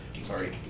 sorry